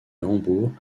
hambourg